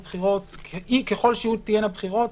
ככל שיהיו בחירות,